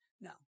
No